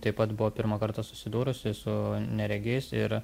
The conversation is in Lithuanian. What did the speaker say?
taip pat buvo pirmą kartą susidūrusi su neregiais ir